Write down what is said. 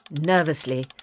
Nervously